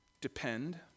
depend